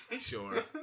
Sure